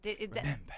Remember